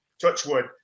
Touchwood